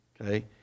Okay